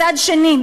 מצד שני,